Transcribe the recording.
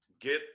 Get